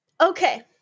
okay